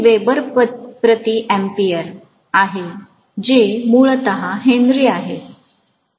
हे वेबर प्रति अँपीयर आहे जे मूलतः हेन्री आहे